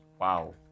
wow